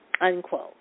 Unquote